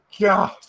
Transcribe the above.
god